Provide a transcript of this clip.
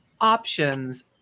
options